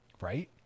right